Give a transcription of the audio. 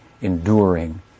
enduring